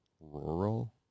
rural